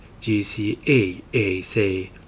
GCAAC